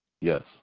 Yes